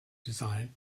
design